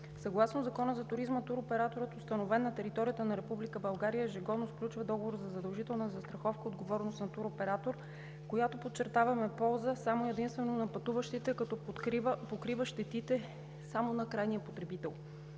Съгласно Закона за туризма туроператорът, установен на територията на Република България, ежегодно сключва договор за задължителна застраховка „Отговорност на туроператор“, която, подчертавам, е в полза само и единствено на пътуващите, като покрива щетите само на крайния потребител.